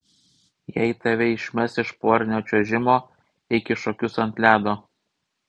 jei tave išmes iš porinio čiuožimo eik į šokius ant ledo